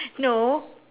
no